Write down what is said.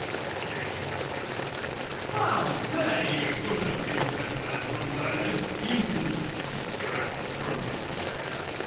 in that case, i suppose i'm the better man. how dare you! you'll never be the better man as long as i live! you can stick your apple crumble! fair enough.